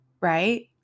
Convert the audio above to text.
right